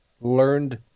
learned